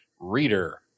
Reader